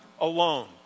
alone